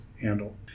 handle